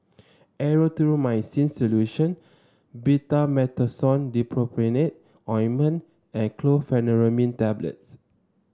Erythroymycin Solution Betamethasone Dipropionate Ointment and Chlorpheniramine Tablets